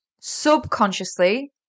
subconsciously